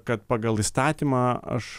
kad pagal įstatymą aš